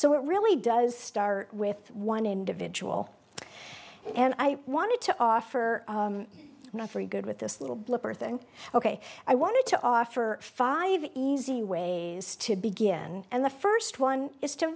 so it really does start with one individual and i wanted to offer now for you good with this little blip or think ok i want to offer five easy ways to begin and the first one is to